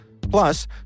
Plus